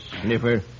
sniffer